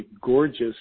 gorgeous